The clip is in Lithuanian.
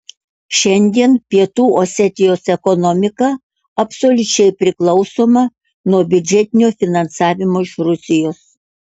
šiandien pietų osetijos ekonomika absoliučiai priklausoma nuo biudžetinio finansavimo iš rusijos